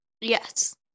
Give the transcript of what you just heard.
Yes